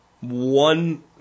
One